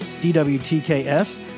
dwtks